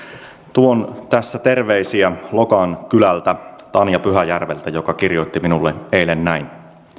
tuon tässä terveisiä lokan kylältä tanja pyhäjärveltä joka kirjoitti minulle eilen näin